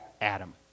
adam